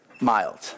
mild